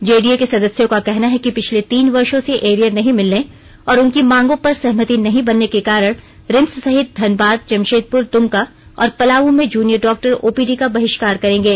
JDA के सदस्यों का कहना है कि पिछले तीन वर्षो से एरियर नहीं मिलने और उनकी मांगों पर सहमति नहीं बनने के कारण रिम्स सहित धनबाद जम शेदपुर दुमका और पलामू में जूनियर डॉक्टर ओपीडी का बहिष्कार करेंगे